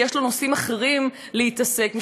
כי יש לו נושאים אחרים להתעסק בהם,